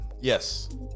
Yes